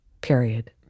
Period